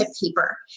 paper